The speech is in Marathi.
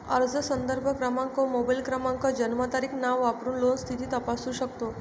अर्ज संदर्भ क्रमांक, मोबाईल क्रमांक, जन्मतारीख, नाव वापरून लोन स्थिती तपासू शकतो